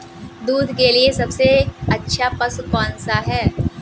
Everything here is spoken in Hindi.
दूध के लिए सबसे अच्छा पशु कौनसा है?